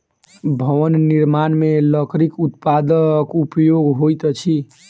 भवन निर्माण मे लकड़ीक उत्पादक उपयोग होइत अछि